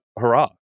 Hurrah